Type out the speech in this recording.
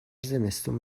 زمستون